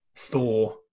Thor